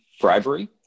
bribery